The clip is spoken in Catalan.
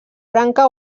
branca